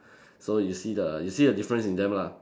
so you see the you see the difference in them lah